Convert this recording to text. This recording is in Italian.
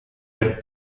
per